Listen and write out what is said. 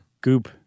Goop